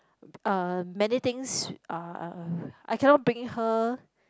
uh many things uh I cannot bring her